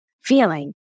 feeling